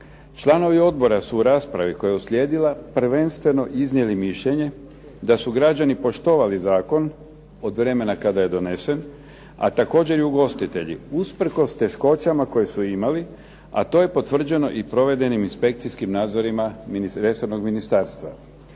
Članovi odbora su u raspravi koja je uslijedila, prvenstveno iznijeli mišljenje, da su građani poštovali zakon od vremena kada je donesen, a također i ugostitelji, usprkos teškoćama koje su imali, a to je potvrđeno i provedenim inspekcijskim nadzorima resornog ministarstva.